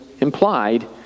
implied